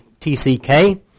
TCK